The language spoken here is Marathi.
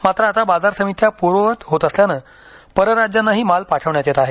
मात्र आता बाजार समित्या पूर्ववत होत असल्यानं परराज्यांनाही माल पाठवण्यात येत आहे